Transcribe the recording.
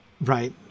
Right